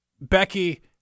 Becky